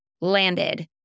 landed